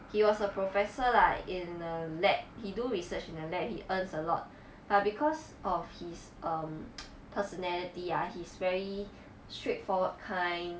he was a professor like in a lab he do research in the lab he earns a lot but because of his um personality ah he's very straightforward kind